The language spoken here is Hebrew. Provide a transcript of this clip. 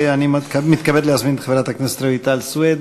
ואני מתכבד להזמין את חברת הכנסת רויטל סויד,